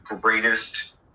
greatest